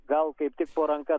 gal kaip tik po ranka